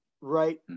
right